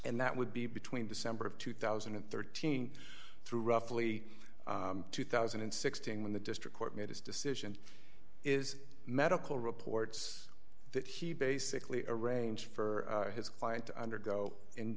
and that would be between december of two thousand and thirteen through roughly two thousand and sixteen when the district court made its decision is medical reports that he basically arranged for his client to undergo in